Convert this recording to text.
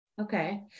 okay